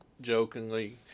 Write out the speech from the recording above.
jokingly